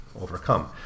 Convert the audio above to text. overcome